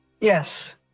Yes